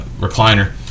recliner